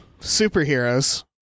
superheroes